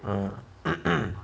hmm